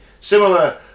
similar